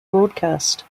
broadcast